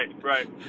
Right